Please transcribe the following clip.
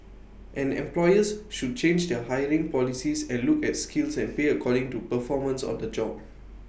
and employers should change their hiring policies and look at skills and pay according to performance on the job